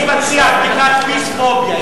אני מציע בדיקתpeace-phobia ,